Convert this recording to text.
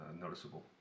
noticeable